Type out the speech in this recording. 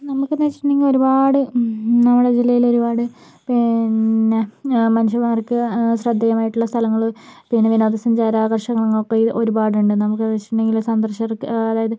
നമുക്കെന്ന് വെച്ചിട്ടുണ്ടങ്കില് ഒരുപാട് നമ്മുടെ ജില്ലയിൽ ഒരുപാട് പിന്നെ മനുഷ്യന്മാർക്ക് ശ്രദ്ധേയം ആയിട്ടുള്ള സ്ഥലങ്ങള് പിന്നെ വിനോദ സഞ്ചാര ആകർഷക ഒക്കെ ഒരുപാടുണ്ട് നമുക്ക് എന്താന്ന് വച്ചിട്ടുണ്ടെങ്കില് സന്ദർശകർക്ക് അതായത്